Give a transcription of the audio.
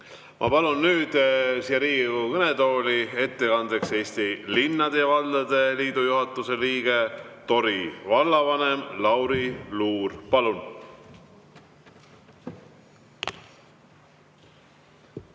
Ma palun nüüd Riigikogu kõnetooli ettekandeks Eesti Linnade ja Valdade Liidu juhatuse liikme, Tori vallavanema Lauri Luuri. Palun!